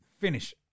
Finish